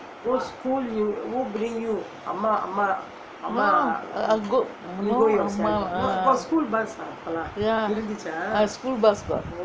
no I go ya school bus got